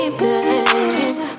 baby